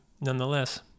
nonetheless